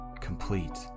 complete